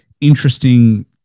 interesting